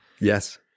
Yes